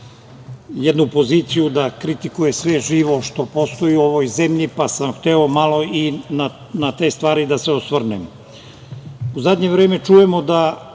jednu poziciju da kritikuje sve živo što postoji u ovoj zemlji, pa sam hteo malo i na te stvari da se osvrnem.U zadnje vreme čujemo da